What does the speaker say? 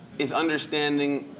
is understanding